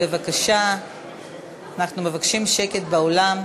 תציג את הבקשה יושבת-ראש הוועדה לענייני ביקורת המדינה